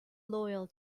loyal